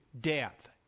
death